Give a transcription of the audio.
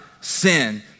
sin